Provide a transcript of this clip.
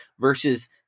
versus